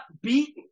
beaten